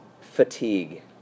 fatigue